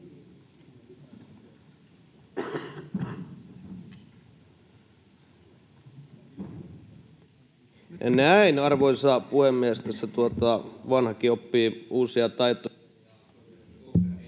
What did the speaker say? Näin, arvoisa puhemies! Tässä vanhakin oppii uusia taitoja.